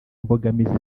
imbogamizi